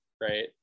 right